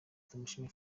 tumushime